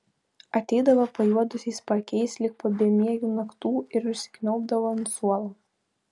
ateidavo pajuodusiais paakiais lyg po bemiegių naktų ir užsikniaubdavo ant suolo